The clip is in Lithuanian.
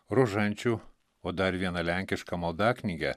rožančių o dar vieną lenkišką maldaknygę